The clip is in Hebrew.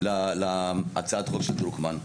להצעת החוק של דרוקמן.